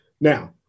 Now